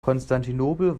konstantinopel